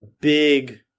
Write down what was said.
big